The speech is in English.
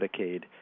medicaid